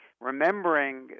remembering